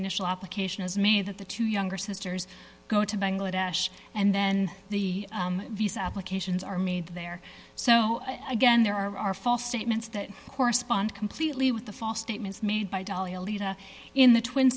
initial application is made that the two younger sisters go to bangladesh and then the visa applications are made there so again there are are false statements that correspond completely with the false statements made by dalia leda in the tw